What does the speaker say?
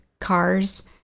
cars